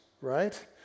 right